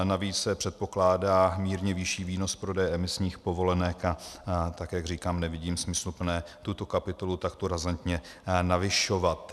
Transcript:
Navíc se předpokládá mírně vyšší výnos z prodeje emisních povolenek, a jak říkám, nevidím smysluplné tuto kapitolu takto razantně navyšovat.